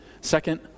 Second